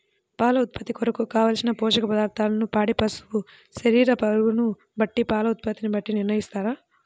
పాల ఉత్పత్తి కొరకు, కావలసిన పోషక పదార్ధములను పాడి పశువు శరీర బరువును బట్టి పాల ఉత్పత్తిని బట్టి నిర్ణయిస్తారా?